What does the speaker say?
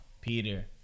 Peter